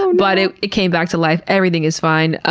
um but it it came back to life. everything is fine. ah